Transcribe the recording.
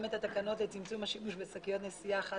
גם תקנות לצמצום השימוש בשקיות נשיאה חד